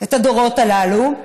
את הדורות הללו.